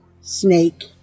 snake